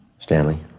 Stanley